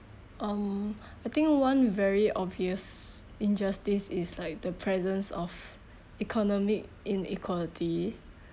um I think one very obvious injustice is like the presence of economic inequality